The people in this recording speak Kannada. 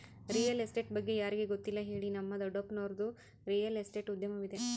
ರಿಯಲ್ ಎಸ್ಟೇಟ್ ಬಗ್ಗೆ ಯಾರಿಗೆ ಗೊತ್ತಿಲ್ಲ ಹೇಳಿ, ನಮ್ಮ ದೊಡ್ಡಪ್ಪನವರದ್ದು ರಿಯಲ್ ಎಸ್ಟೇಟ್ ಉದ್ಯಮವಿದೆ